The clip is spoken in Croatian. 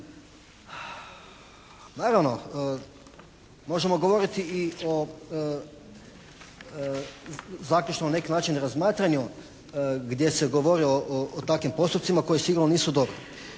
Naravno, možemo govoriti i o zaključno na neki način razmatranju gdje se govori o takvim postupcima koji sigurno nisu dobri.